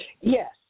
Yes